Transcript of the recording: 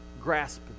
grasp